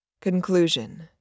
Conclusion